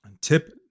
Tip